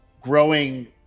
growing